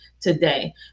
today